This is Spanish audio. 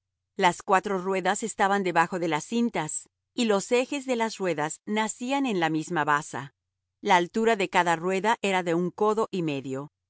las cuatro ruedas estaban debajo de las cintas y los ejes de las ruedas nacían en la misma basa la altura de cada rueda era de un codo y medio